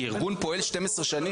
כי ארגון פועל 12 שנים.